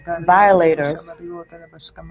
violators